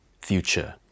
future